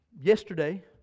yesterday